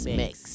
mix